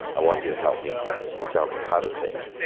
i want you to help me tell me how to say it.